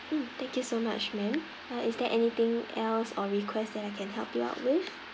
mm thank you so much ma'am uh is there anything else or request that I can help you out with